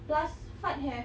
plus fad have